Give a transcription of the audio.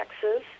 Texas